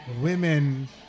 women